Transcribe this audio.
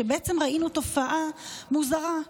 ובעצם ראינו תופעה מוזרה,